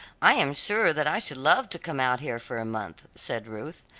i am sure that i should love to come out here for a month, said ruth,